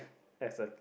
that's a